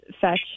fetch